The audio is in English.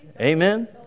Amen